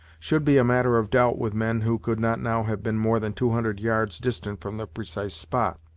should be a matter of doubt with men who could not now have been more than two hundred yards distant from the precise spot.